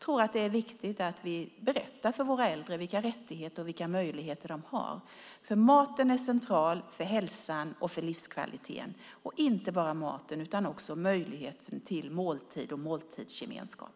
Det är viktigt att vi berättar för våra äldre vilka rättigheter och möjligheter de har. Maten är central för hälsan och för livskvaliteten, inte bara maten utan också möjligheten till måltidsgemenskap.